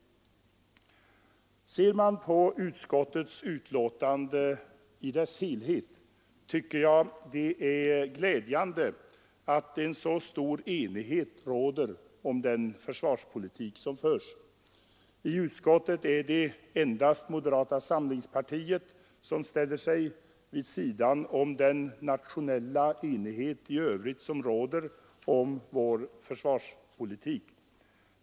Ser man på utskottets betänkande i dess helhet tycker jag att det är glädjande att en så stor enighet råder om den försvarspolitik som förs. I utskottet är det endast moderata samlingspartiet som ställer sig vid sidan om den nationella enighet som i övrigt råder om vår försvarspolitik.